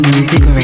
Music